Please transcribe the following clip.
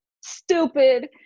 stupid